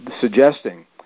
suggesting